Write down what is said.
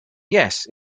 yes